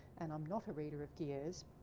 and i'm not a reader of ge'ez.